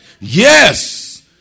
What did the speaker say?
yes